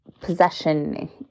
possession